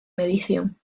medición